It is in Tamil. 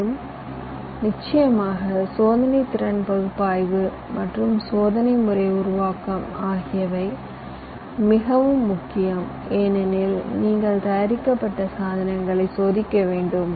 மேலும் நிச்சயமாக சோதனைத்திறன் பகுப்பாய்வு மற்றும் சோதனை முறை உருவாக்கம் ஆகியவை மிகவும் முக்கியம் ஏனெனில் நீங்கள் தயாரிக்கப்பட்ட சாதனங்களை சோதிக்க வேண்டும்